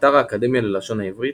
באתר האקדמיה ללשון העברית,